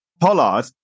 Pollard